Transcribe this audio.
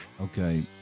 Okay